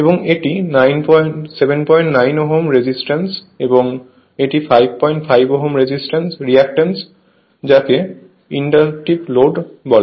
এবং এটি 79 Ω রেজিস্ট্যান্স এবং এটি 55 Ω রিঅ্যাক্টেন্স যাকে ইনডাক্টিভ লোড বলে